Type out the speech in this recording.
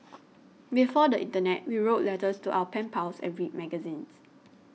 before the internet we wrote letters to our pen pals and read magazines